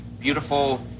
beautiful